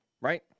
right